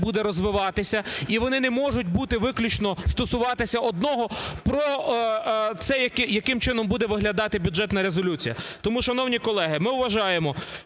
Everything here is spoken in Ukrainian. буде розвиватися, і вони не можуть бути, виключно стосуватися одного – про це, яким чином буде виглядати Бюджетна резолюція. Тому, шановні колеги, ми вважаємо,